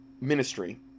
ministry